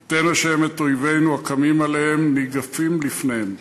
ייתן ה' את אויבינו הקמים עלינו ניגפים לפניהם,